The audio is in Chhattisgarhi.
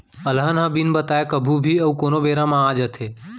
अलहन ह बिन बताए कभू भी अउ कोनों बेरा म आ जाथे